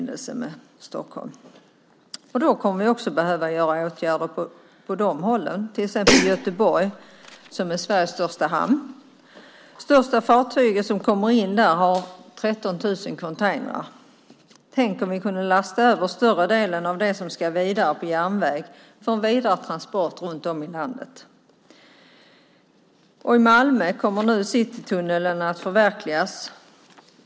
Då kommer vi att behöva vidta åtgärder på olika håll, till exempel i Göteborg som har Sveriges största hamn. Det största fartyget som kommer in där har 13 000 containrar. Tänk om vi kunde lasta över större delen av det som ska vidare på järnväg för vidare transport till övriga landet. I Malmö kommer Citytunneln att förverkligas.